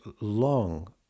long